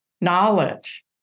knowledge